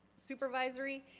supervisory,